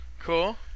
Cool